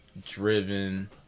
driven